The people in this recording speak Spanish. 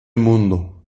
mundo